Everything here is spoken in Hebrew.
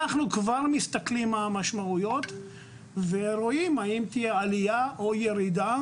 אנחנו כבר מסתכלים מה המשמעויות ורואים האם תהיה עלייה או ירידה